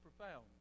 profound